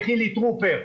לחילי טרופר,